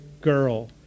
girl